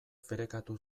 ferekatu